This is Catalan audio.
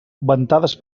ventades